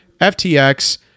FTX